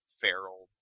feral